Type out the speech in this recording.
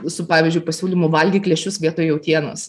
su pavyzdžiui pasiūlymu valgyk lešius vietoj jautienos